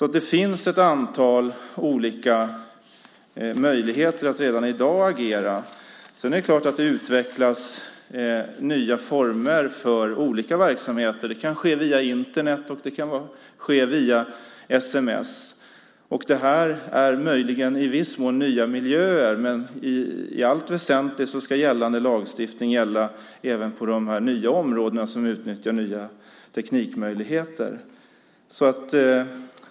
Det finns ett antal olika möjligheter att redan i dag agera. Det utvecklas nya former för olika verksamheter. Det kan ske via Internet och via sms. Det är möjligen i viss mån nya miljöer. Men i allt väsentligt ska gällande lagstiftning gälla även på de nya områden som utnyttjar nya teknikmöjligheter.